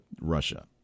Russia